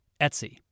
Etsy